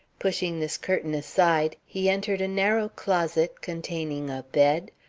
pushing this curtain aside, he entered a narrow closet containing a bed,